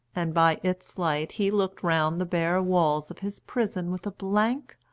and by its light he looked round the bare walls of his prison with a blank,